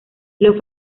los